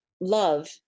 love